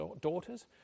daughters